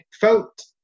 felt